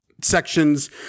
sections